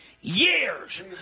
years